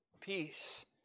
peace